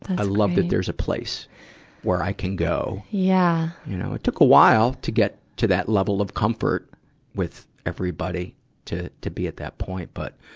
i love that there's a place where i can go. yeah you know, it took a while to get to that level of comfort with everybody to, to be at that point. but,